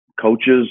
coaches